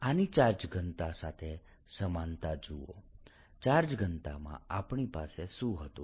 આની ચાર્જ ઘનતા સાથે સમાનતા જુઓ ચાર્જ ઘનતામાં આપણી પાસે શું હતું